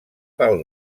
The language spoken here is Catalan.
pel